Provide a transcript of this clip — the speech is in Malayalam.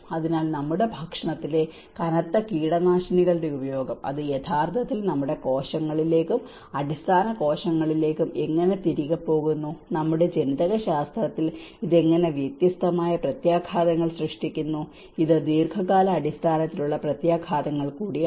അതിനാൽ നമ്മുടെ ഭക്ഷണത്തിലെ കനത്ത കീടനാശിനികളുടെ ഉപയോഗം അത് യഥാർത്ഥത്തിൽ നമ്മുടെ കോശങ്ങളിലേക്കും അടിസ്ഥാന കോശങ്ങളിലേക്കും എങ്ങനെ തിരികെ പോകുന്നു നമ്മുടെ ജനിതകശാസ്ത്രത്തിൽ ഇത് എങ്ങനെ വ്യത്യസ്തമായ പ്രത്യാഘാതങ്ങൾ സൃഷ്ടിക്കുന്നു ഇത് ദീർഘകാലാടിസ്ഥാനത്തിലുള്ള പ്രത്യാഘാതങ്ങൾ കൂടിയാണ്